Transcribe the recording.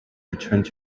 returned